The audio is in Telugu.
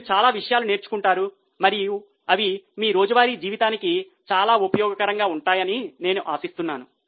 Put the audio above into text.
మీరు చాలా విషయాలు నేర్చుకుంటారు మరియు అవి మీ రోజువారీ జీవితానికి చాలా ఉపయోగకరంగా ఉంటాయని నేను ఆశిస్తున్నాను